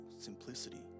simplicity